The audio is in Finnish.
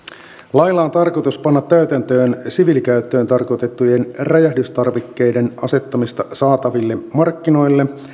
lailla on tarkoitus panna täytäntöön siviilikäyttöön tarkoitettujen räjähdystarvikkeiden asettamista saataville markkinoille